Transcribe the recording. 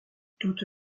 toute